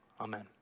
Amen